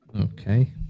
okay